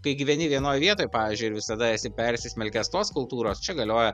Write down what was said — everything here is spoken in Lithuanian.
kai gyveni vienoj vietoj pavyžiui ir visada esi persismelkęs tos kultūros čia galioja